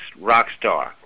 Rockstar